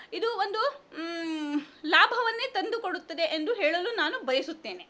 ಇದು ಒಂದು ಲಾಭವನ್ನೇ ತಂದುಕೊಡುತ್ತದೆ ಎಂದು ಹೇಳಲು ನಾನು ಬಯಸುತ್ತೇನೆ